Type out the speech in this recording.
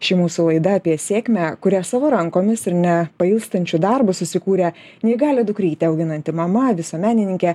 ši mūsų laida apie sėkmę kurią savo rankomis ir nepailstančiu darbus susikūrė neįgalią dukrytę auginanti mama visuomenininkė